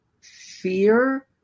fear